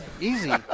Easy